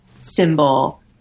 symbol